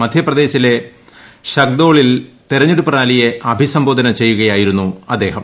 മധ്യപ്രദേശിലെ ഷഹ്ദോളിൽ തെരഞ്ഞെടുപ്പ് റാലിയെ അഭിസംബോധന ചെയ്യുകയായിരുന്നു അദ്ദേഹം